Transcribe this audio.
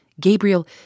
Gabriel